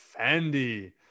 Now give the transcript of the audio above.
fendi